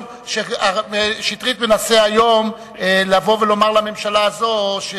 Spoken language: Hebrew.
מנסה היום לבוא ולומר לממשלה הזאת.